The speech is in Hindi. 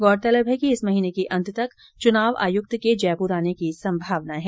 गौरतलब है कि इस महीने के अंत तक चुनाव आयुक्त के जयपुर आने की संभावना है